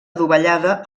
adovellada